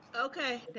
okay